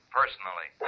personally